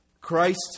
Christ